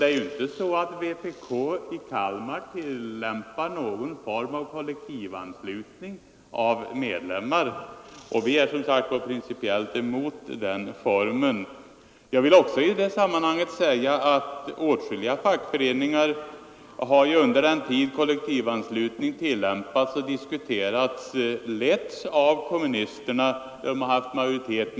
Det är inte så, herr Nilsson, att vpk i Kalmar tillämpar någon form av kollektivanslutning av medlemmar. Vi är som sagt principiellt emot den formen. Jag vill också i det sammanhanget säga att under den tid kollektiv anslutning tillämpats och diskuterats har åtskilliga fackföreningar letts av kommunisterna, som haft majoritet.